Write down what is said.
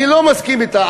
אני לא מסכים אתה,